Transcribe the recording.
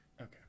Okay